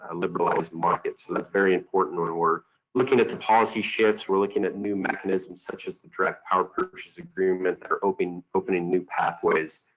ah liberalized market. so, that's very important when we're looking at the policy shifts, we're looking at new mechanisms such as the direct power purchase agreement that are opening opening new pathways.